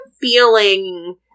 feeling